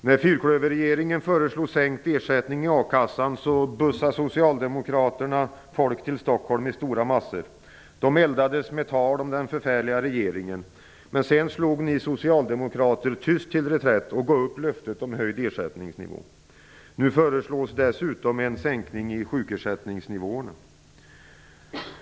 När fyrklöverregeringen föreslog sänkt ersättning i a-kassan bussade Socialdemokraterna stora massor av folk till Stockholm. De eldades med tal om den förfärliga regeringen. Men sedan slog ni socialdemokrater tyst till reträtt och gav upp löftet om höjd ersättningsnivå. Nu föreslås dessutom en sänkning i sjukersättningsnivåerna.